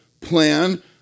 plan